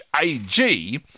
AG